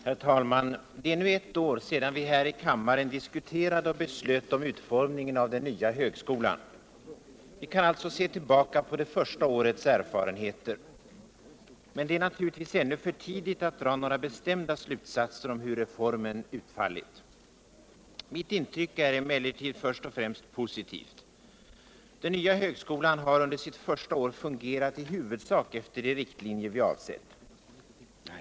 Herr talman! Det är nu ett år sedan vi här i kammaren diskuterade och beslöt om utformningen av den nya högskolan. Vi kan alltså nu se tillbaka på det första årets erfarenheter. Det är naturligtvis ännu för tidigt att dra några bestämda slutsatser om hur reformen utfallit. Mitt intryck är emellertid först och främst positivt. Den nya högskolan har under sitt första är fungerat i huvudsak efter de riktlinjer vi avsett.